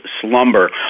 slumber